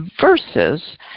versus